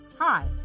Hi